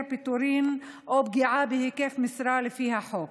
פיטורים או פגיעה בהיקף משרה לפי החוק,